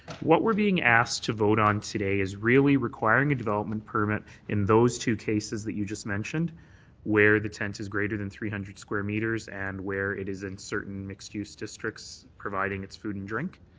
what we're being asked to vote on today is really requiring a development permit in those two cases that you just mentioned where the tent is greater than three hundred square metres and where it is in certain mixed use districts providing it's food and drink.